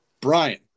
Brian